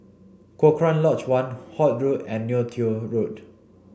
Cochrane Lodge One Holt Road and Neo Tiew Road